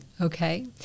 Okay